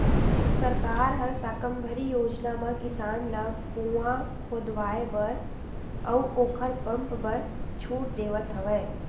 सरकार ह साकम्बरी योजना म किसान ल कुँआ खोदवाए बर अउ ओखर पंप बर छूट देवथ हवय